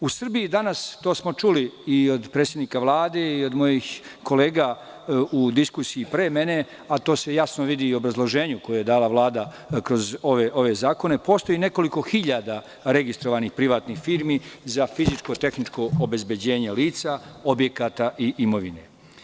U Srbiji danas, to smo čuli i od predsednika Vlade i od mojih kolega u diskusiji pre mene, a to se jasno vidi u obrazloženju koje je dala Vlada kroz ove zakone, postoji nekoliko hiljada registrovanih privatnih firmi za fizičko-tehničko obezbeđenje lica, objekata i imovine.